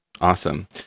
Awesome